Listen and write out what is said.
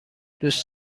دوست